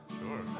Sure